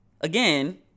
again